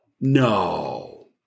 No